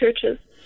churches